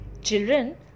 Children